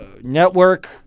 network